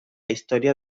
historia